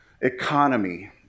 economy